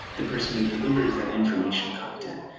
the person who delivers that information content,